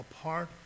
apart